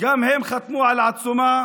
גם הם חתמו על העצומה.